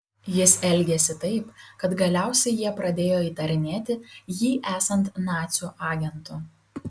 jis elgėsi taip kad galiausiai jie pradėjo įtarinėti jį esant nacių agentu